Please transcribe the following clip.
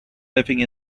living